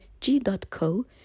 g.co